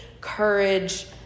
courage